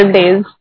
days